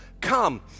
Come